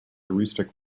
aroostook